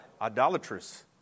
idolatrous